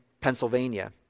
Pennsylvania